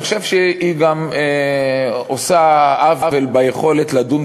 אני חושב שהיא עושה עוול גם ביכולת לדון